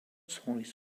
stories